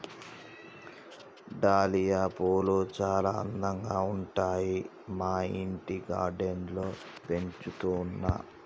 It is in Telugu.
డాలియా పూలు చాల అందంగా ఉంటాయి మా ఇంటి గార్డెన్ లో పెంచుతున్నా